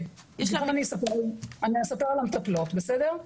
כן, אני אספר על המטפלות, בסדר?